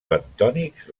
bentònics